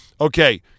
Okay